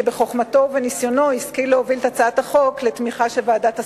שבחוכמתו ובניסיונו השכיל להוביל את הצעת החוק לתמיכה של ועדת השרים,